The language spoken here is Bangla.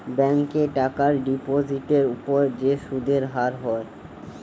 ব্যাংকে টাকার ডিপোজিটের উপর যে সুদের হার হয়